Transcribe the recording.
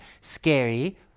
scary